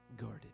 guarded